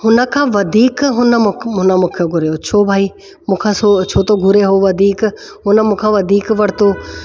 हुन खां वधीक हुन मूं हुन मूंखे घुरियो छो भई मूंखां छोथो घुरे उहो वधीक हुन मूंखां वधीक वरितो